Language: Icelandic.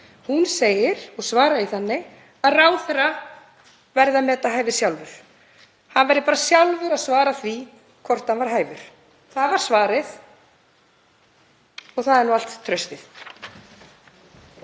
Hún segir og svaraði þannig að ráðherra verði að meta hæfi sjálfur, hann verði bara sjálfur að svara því hvort hann var hæfur. Það var svarið og það er nú allt traustið.